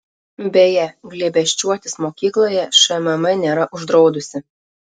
beje glėbesčiuotis mokykloje šmm nėra uždraudusi